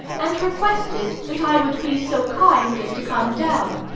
and requested that i would be so kind as to come down.